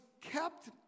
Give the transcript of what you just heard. kept